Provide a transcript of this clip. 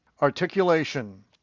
Articulation